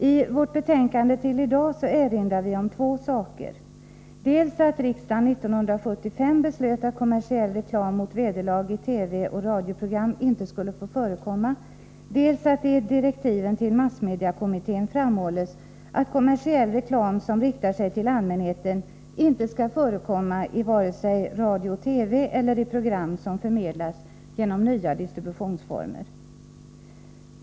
I vårt betänkande i dag erinrar vi om två saker: dels att riksdagen 1975 beslöt att kommersiell reklam mot vederlag i TV och radioprogram inte skulle få förekomma, dels att det i direktiven till massmediekommittén framhålls att kommersiell reklam som riktar sig till allmänheten inte skall förekomma vare sig i radio och TV eller i program som förmedlas genom nya distributionsformer.